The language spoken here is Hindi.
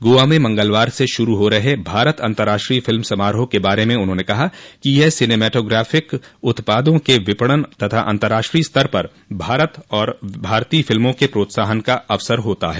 गोवा में मंगलवार से शुरू हो रहे भारत अंतराष्ट्रीय फिल्म समारोह के बारे में उन्होंने कहा कि यह सिनेमैटोग्राफिक उत्पादों के विपणन तथा अंतराष्ट्रीय स्तर पर भारत और भारतीय फिल्मों के प्रोत्साहन का अवसर होता है